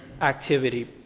activity